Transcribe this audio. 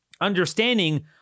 understanding